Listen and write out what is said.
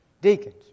deacons